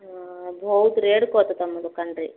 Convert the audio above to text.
ବହୁତ ରେଟ୍ କରୁଛ ତମ ଦୋକାନ୍ରେ